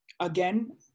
Again